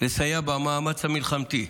לסייע במאמץ המלחמתי.